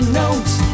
notes